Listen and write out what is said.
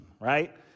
Right